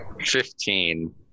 Fifteen